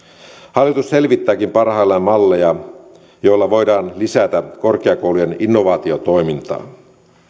hallitus selvittääkin parhaillaan malleja joilla voidaan lisätä korkeakoulujen innovaatiotoimintaa